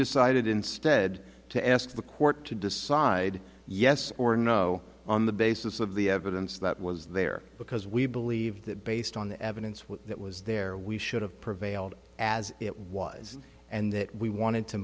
decided instead to ask the court to decide yes or no on the basis of the evidence that was there because we believe that based on the evidence what that was there we should have prevailed as it was and that we wanted to